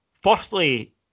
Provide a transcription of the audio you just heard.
Firstly